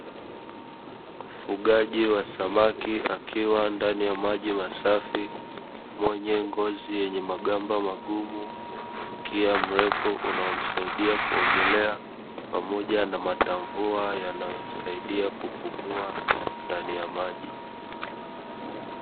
Ufugaji wa samaki akiwa ndani ya maji masafi Mwenye ngozi, yenye magamba magumu Mkia mrefu, unaomsaidia kuogelea pamoja na matamvua yanayo msaidia kupumua ndani ya maji.